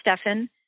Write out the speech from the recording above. Stefan